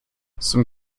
some